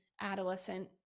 adolescent